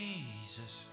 Jesus